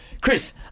Chris